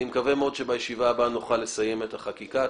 אני מקווה מאוד שבישיבה הבאה נוכל לסיים את החקיקה.